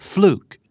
Fluke